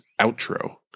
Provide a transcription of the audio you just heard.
outro